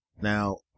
Now